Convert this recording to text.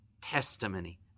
testimony